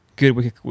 good